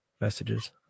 messages